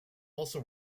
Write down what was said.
also